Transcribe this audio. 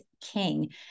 King